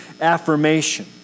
affirmation